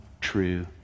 true